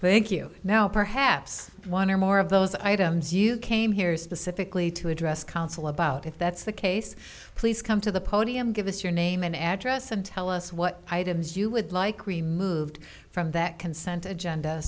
thank you now perhaps one or more of those items you came here specifically to address council about if that's the case please come to the podium give us your name and address and tell us what items you would like removed from that consent agenda